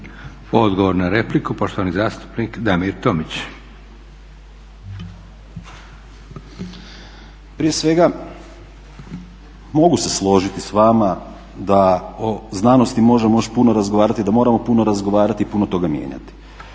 Odgovor na repliku, poštovani zastupnik Damir Tomić. **Tomić, Damir (SDP)** Prije svega mogu se složiti s vama da o znanosti možemo još puno razgovarati i da moramo puno razgovarati i puno toga mijenjati.